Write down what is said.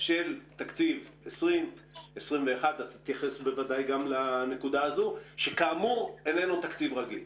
של תקציב 2021. אתה תתייחס גם לכך שלא מדובר בתקציב רגיל.